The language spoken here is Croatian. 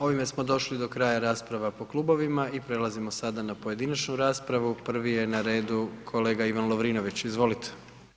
Ovime smo došli do kraja rasprava po klubovima i prelazimo sada na pojedinačnu raspravu. prvi je na redu kolega Ivan Lovrinović, izvolite.